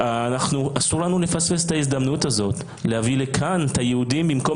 אסור לנו לפספס את ההזדמנות הזאת להביא לכאן את היהודים במקום